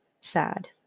sad